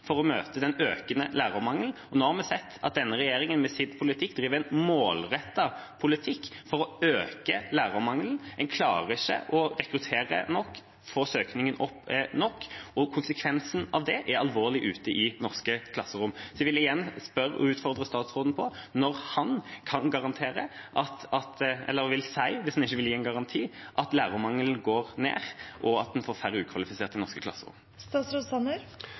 for å møte den økende lærermangelen. Nå har vi sett at denne regjeringen driver en målrettet politikk for å øke lærermangelen. En klarer ikke å rekruttere nok, få søkingen nok opp, og konsekvensen av det er alvorlig ute i norske klasserom. Jeg vil igjen utfordre statsråden og spørre om når han kan garantere – eller vil si, hvis han ikke vil gi en garanti – at lærermangelen vil gå ned, og at en vil få færre ukvalifiserte lærere i norske